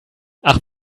ach